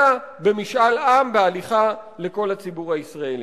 אלא במשאל עם, בהליכה לכל הציבור הישראלי.